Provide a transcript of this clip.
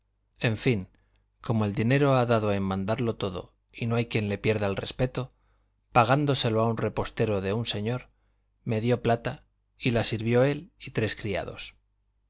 en fin como el dinero ha dado en mandarlo todo y no hay quien le pierda el respeto pagándoselo a un repostero de un señor me dio plata y la sirvió él y tres criados